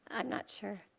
i am not sure.